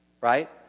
right